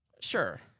sure